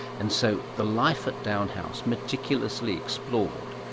and so the life at down house, meticulously explored,